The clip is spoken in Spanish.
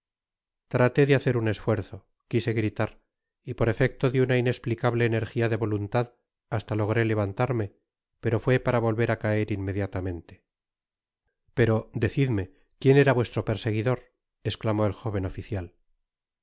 traté de hacer un esfuerzo quise gritar y por efecto de una inesplicable energia de voluntad hasta logré levantarme pero fué para volver á caer inmediaiamenle pero decidme quién era vuestro perseguidor esclamó el jóven oficial